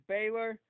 Baylor